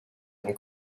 been